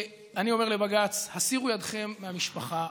אני אומר לבג"ץ: הסירו ידיכם מהמשפחה.